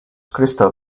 crystal